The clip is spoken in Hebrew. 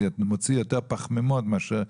מוציא יותר פחמימות מאשר,